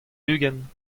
ugent